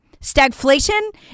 Stagflation